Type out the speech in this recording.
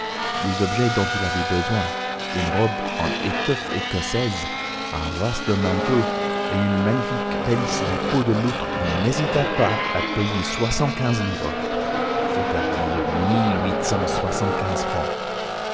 les objets dont il avait besoin une robe en étoffe écossaise un vaste manteau et une magnifique pelisse en peau de loutre qu'il n'hésita pas à payer soixante-quinze livres